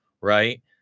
right